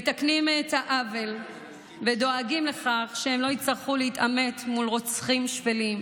מתקנים את העוול ודואגים לכך שהם לא יצטרכו להתעמת מול רוצחים שפלים.